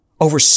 over